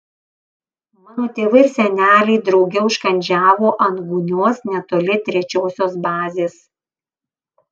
mano tėvai ir seneliai drauge užkandžiavo ant gūnios netoli trečiosios bazės